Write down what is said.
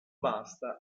basta